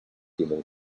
human